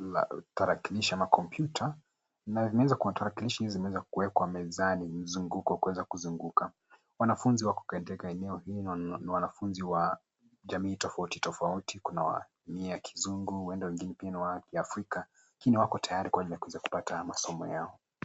la tarakilishi ama kompyuta, na inawezakuwa tarakilishi hizi zimeweza kuwekwa mezani mzunguko wa kueweza kuzunguka. Wanafunzi wako katika eneo hi ni wanafunzi wa jamii tofauti tofauti kuna wa nia ya kizungu, huenda wengine pia ni wa kiafrika, kini wako tayari kuweza kupata masomo yao.